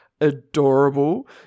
adorable